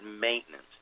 maintenance